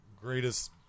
greatest